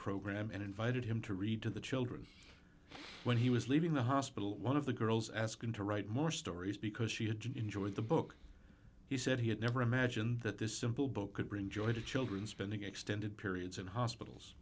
program and invited him to read to the children when he was leaving the hospital one of the girls asked him to write more stories because she had enjoyed the book he said he had never imagined that this simple book could bring joy to children spending extended periods in hospitals